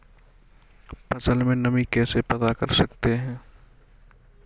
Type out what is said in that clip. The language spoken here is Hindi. फसल में नमी कैसे पता करते हैं?